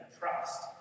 trust